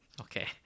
Okay